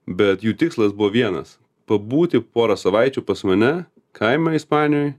bet jų tikslas buvo vienas pabūti porą savaičių pas mane kaime ispanijoj